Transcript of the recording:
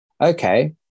okay